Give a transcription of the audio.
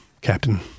Captain